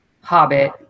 Hobbit